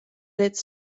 its